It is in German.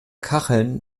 kacheln